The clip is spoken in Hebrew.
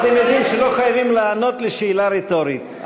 אתם יודעים שלא חייבים לענות על שאלה רטורית,